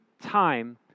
time